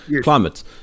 climate